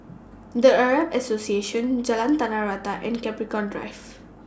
The Arab Association Jalan Tanah Rata and Capricorn Drive